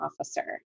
officer